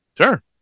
Sure